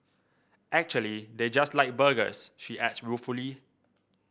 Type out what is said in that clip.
actually they just like burgers she adds ruefully